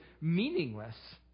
meaningless